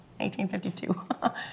1852